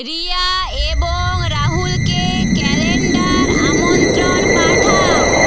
রিয়া এবং রাহুলকে ক্যালেন্ডার আমন্ত্রণ পাঠাও